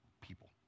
people